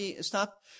stop